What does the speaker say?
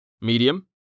Medium